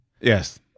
Yes